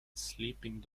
sleeping